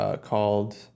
called